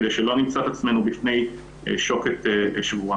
כיד שלא נמצא את עצמנו בפני שוקת שבורה.